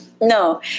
No